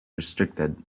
restricted